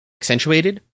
accentuated